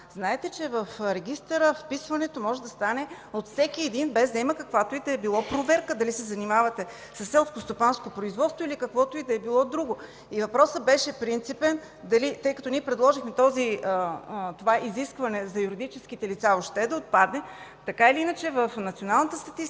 Знаете, че в Регистъра вписването може да стане от всеки един, без да има каквато и да било проверка – дали се занимавате със селскостопанско производство, или каквото и да е било друго. Въпросът беше принципен, тъй като ние предложихме изискването за юридическите лица въобще да отпадне. Така или иначе в Националната статистика